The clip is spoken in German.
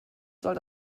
soll